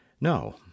No